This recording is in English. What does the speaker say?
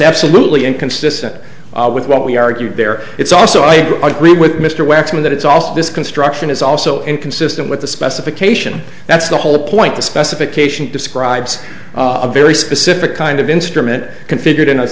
absolutely inconsistent with what we argue there it's also i agree with mr waxman that it's also this construction is also inconsistent with the specification that's the whole point the specification describes a very specific kind of instrument configured in a